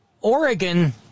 Oregon